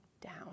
down